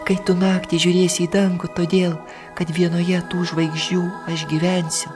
kai tu naktį žiūrėsi į dangų todėl kad vienoje tų žvaigždžių aš gyvensiu